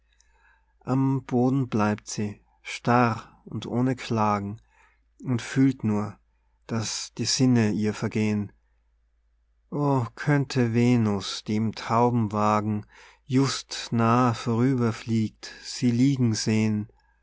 am boden bleibt sie starr und ohne klagen und fühlt nur daß die sinnen ihr vergehn o könnte venus die im taubenwagen just nah vorüberfliegt sie liegen sehn